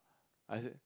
I said